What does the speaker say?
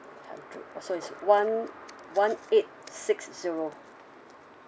hundred so it's one one eight six zero